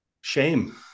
Shame